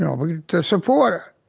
know, to support her.